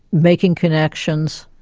making connections,